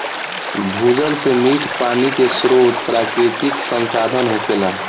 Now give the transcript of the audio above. भूजल से मीठ पानी के स्रोत प्राकृतिक संसाधन होखेला